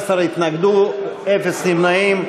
13 התנגדו, אין נמנעים.